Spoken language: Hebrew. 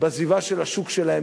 בסביבה של השוק שלהם,